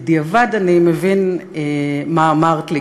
בדיעבד אני מבין מה אמרת לי,